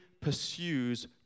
pursues